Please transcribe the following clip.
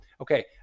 Okay